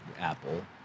Apple